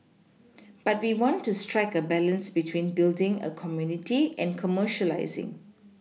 but we want to strike a balance between building a community and commercialising